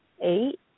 eight